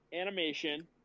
animation